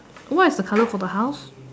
what is the colour for the house